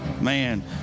Man